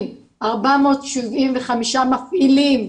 475 מפעילים,